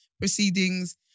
proceedings